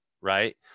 right